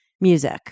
music